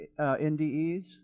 NDEs